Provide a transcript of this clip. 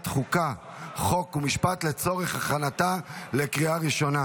החוקה חוק ומשפט לצורך הכנתה לקריאה הראשונה.